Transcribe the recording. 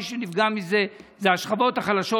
מי שנפגע מזה זה השכבות החלשות,